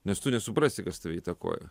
nes tu nesuprasi kas įtakoja